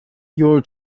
your